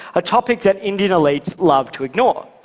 a topic that indian elites love to ignore.